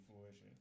fruition